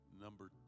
number